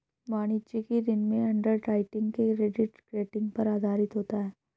वाणिज्यिक ऋण में अंडरराइटिंग क्रेडिट रेटिंग पर आधारित होता है